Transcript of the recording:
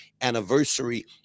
anniversary